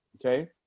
Okay